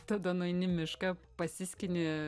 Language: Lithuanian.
tada nueini į mišką pasiskini